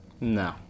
No